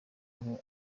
abo